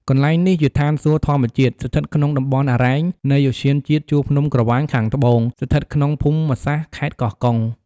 កន្លែងនេះ ជាឋានសួគ៌ធម្មជាតិ ស្ថិតក្នុងតំបន់អារ៉ែង នៃឧទ្យានជាតិជួរភ្នំក្រវាញខាងត្បូង ស្ថិតក្នុងភូមិសាស្ត្រខេត្តកោះកុង។